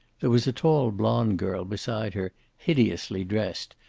there was a tall blonde girl beside her, hideously dressed,